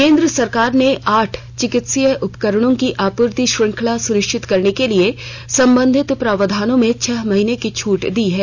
केन्द्र सरकार ने आठ चिकित्सा उपकरणों की आपूर्ति श्रंखला सुनिश्चित करने के लिए संबंधित प्रावधानों में छह महीने की छूट दी है